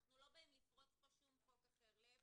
אנחנו לא באים לפרוץ פה שום חוק אחר, להפך.